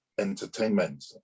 entertainment